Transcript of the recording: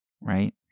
right